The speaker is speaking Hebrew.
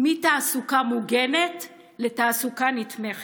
מתעסוקה מוגנת לתעסוקה נתמכת,